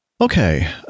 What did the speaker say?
Okay